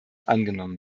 angenommen